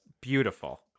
beautiful